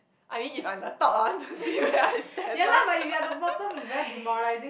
I mean if I'm the top lah I want to see where I stand lah